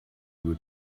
able